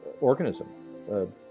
organism